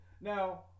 Now